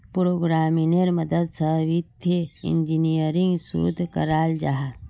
प्रोग्रम्मिन्गेर मदद से वित्तिय इंजीनियरिंग शोध कराल जाहा